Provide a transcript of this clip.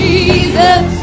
Jesus